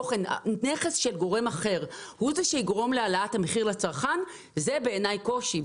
נכס של גורם אחר הוא שיגרום להעלאת המחיר לצרכן זה בעיניי קושי.